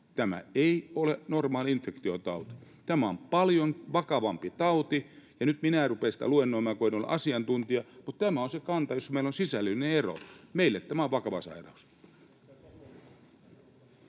tämä ei ole normaali infektiotauti — tämä on paljon vakavampi tauti, ja nyt minä en rupea siitä luennoimaan, kun en ole asiantuntija, mutta tämä on se kanta, jossa meillä on sisällöllinen ero. Meille tämä on vakava sairaus.